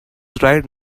right